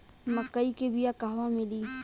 मक्कई के बिया क़हवा मिली?